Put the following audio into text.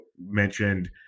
mentioned